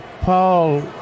Paul